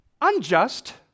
unjust